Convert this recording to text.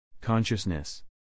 Consciousness